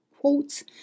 quotes